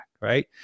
right